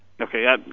okay